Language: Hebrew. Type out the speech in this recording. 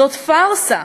זאת פארסה.